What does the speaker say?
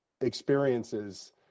experiences